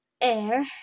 Air